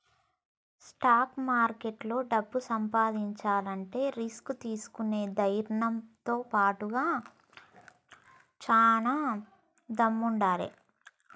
stock మార్కెట్లో డబ్బు సంపాదించాలంటే రిస్క్ తీసుకునే ధైర్నంతో బాటుగా చానా దమ్ముండాలే